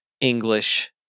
English